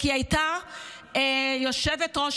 היא הייתה יושבת-ראש